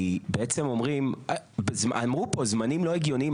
כי בעצם אמרו פה: זמנים לא הגיוניים,